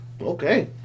Okay